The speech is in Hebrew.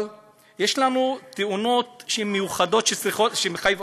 אבל יש לנו תאונות שהן מיוחדות שמחייבות,